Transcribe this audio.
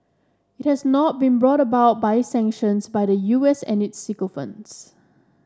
it has not been brought about by sanctions by the U S and its sycophants